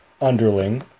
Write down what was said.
underling